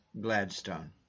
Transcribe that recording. Gladstone